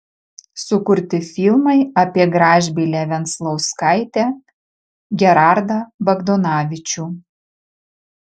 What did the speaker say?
sukurti filmai apie gražbylę venclauskaitę gerardą bagdonavičių